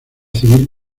civil